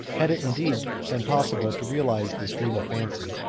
had it indeed been possible to realize this dream of fancy,